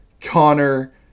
Connor